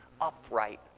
upright